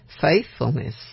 Faithfulness